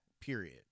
period